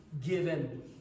given